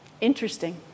Interesting